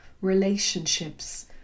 relationships